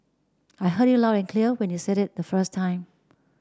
I heard you loud and clear when you said it the first time